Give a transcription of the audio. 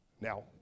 Now